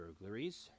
Burglaries